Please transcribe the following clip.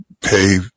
pay